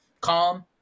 calm